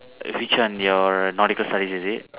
which one your nautical studies is it